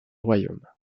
royaume